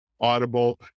Audible